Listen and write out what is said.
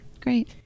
great